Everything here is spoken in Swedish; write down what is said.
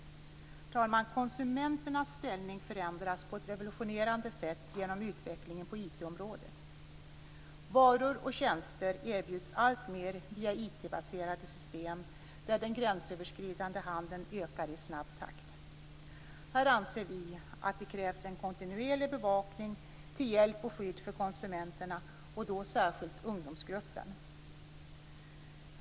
Herr talman! Konsumenternas ställning förändras på ett revolutionerande sätt genom utvecklingen av baserade system där den gränsöverskridande handeln ökar i snabb takt. Här anser vi att det krävs en kontinuerlig bevakning till hjälp och skydd för konsumenterna och då särskilt ungdomsgruppen.